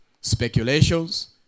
Speculations